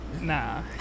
Nah